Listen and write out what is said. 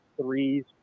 threes